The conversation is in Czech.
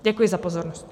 Děkuji za pozornost.